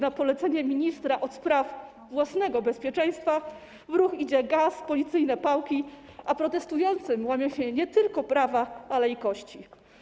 Na polecenie ministra ds. własnego bezpieczeństwa w ruch idzie gaz, policyjne pałki, a protestującym łamie się nie tylko prawa, ale i kości.